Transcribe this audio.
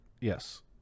Yes